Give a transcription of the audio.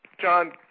John